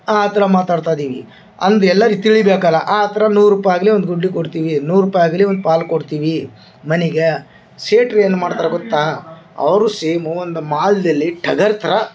ಆ ಥರ ಮಾತಾಡ್ತಾ ಅದೀವಿ ಅಂದ್ರೆ ಎಲ್ಲರಿಗೆ ತಿಳಿಬೇಕಲ್ಲ ಆ ಥರ ನೂರು ರೂಪಾಯಿ ಆಗಲಿ ಒಂದು ಗುಡ್ಡೆ ಕೊಡ್ತೀವಿ ನೂರು ರೂಪಾಯಿ ಆಗಲಿ ಒಂದು ಪಾಲು ಕೊಡ್ತೀವಿ ಮನೆಗೆ ಸೇಟ್ರ ಏನು ಮಾಡ್ತಾರೆ ಗೊತ್ತಾ ಅವರು ಸೇಮು ಒಂದು ಮಾಲ್ದಲ್ಲಿ ಟಗರು ಥರ